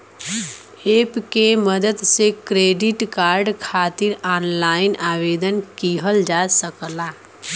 app के मदद से क्रेडिट कार्ड खातिर ऑनलाइन आवेदन किहल जा सकला